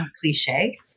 cliche